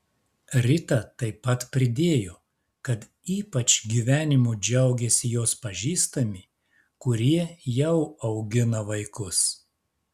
rita taip pat pridėjo kad ypač gyvenimu džiaugiasi jos pažįstami kurie jau augina vaikus